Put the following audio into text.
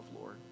Lord